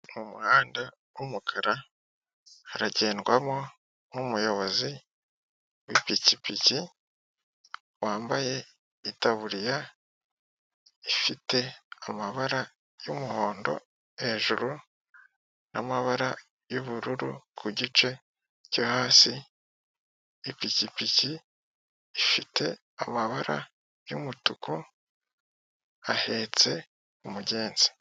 Umuhanda w'umukara, haragendwamo n'umuyobozi w'ipikipiki, wambaye itaburiya ifite amabara y'umuhondo hejuru n'amabara y'ubururu ku gice cyo hasi, ipikipiki ifite amabara y'umutuku, ahetse umugenzi.